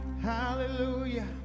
Hallelujah